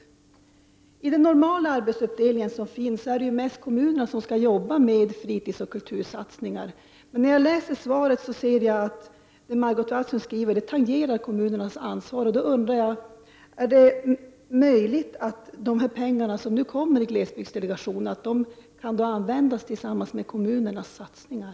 Enligt den normala arbetsfördelningen är det mest kommunerna som skall jobba med fritidsoch kultursatsningar, men när jag läser svaret ser jag att det som Margot Wallström skriver tangerar ansvar. Jag undrar om det är möjligt att de pengar som nu skall komma från glesbygdsdelegationen kan användas tillsammans med kommunernas satsningar.